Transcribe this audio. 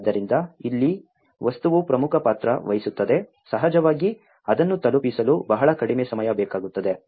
ಆದ್ದರಿಂದ ಇಲ್ಲಿ ವಸ್ತುವು ಪ್ರಮುಖ ಪಾತ್ರ ವಹಿಸುತ್ತದೆ ಸಹಜವಾಗಿ ಅದನ್ನು ತಲುಪಿಸಲು ಬಹಳ ಕಡಿಮೆ ಸಮಯ ಬೇಕಾಗುತ್ತದೆ